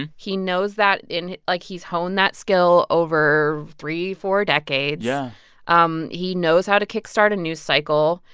and he knows that in like, he's honed that skill over three, four decades yeah um he knows how to kick start a news cycle.